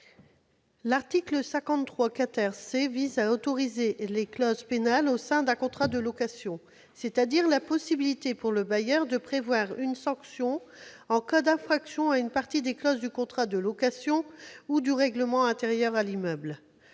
L'article 53 C vise à autoriser l'insertion d'une clause pénale au sein du contrat de location, c'est-à-dire la possibilité, pour le bailleur, de prévoir une sanction en cas d'infraction à une partie des clauses du contrat de location ou du règlement intérieur à l'immeuble.